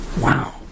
Wow